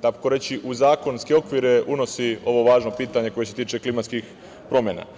tako reći, u zakonske okvire unosi ovo važno pitanje koje se tiče klimatskih promena.